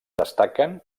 destaquen